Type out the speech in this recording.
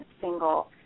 single